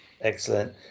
excellent